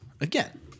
Again